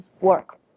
work